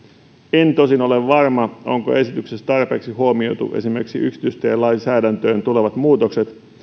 en tosin ole varma onko esityksessä tarpeeksi huomioitu esimerkiksi yksityistielainsäädäntöön tulevat muutokset